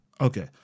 Okay